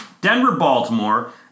Denver-Baltimore